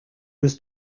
was